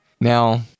now